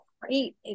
great